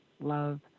love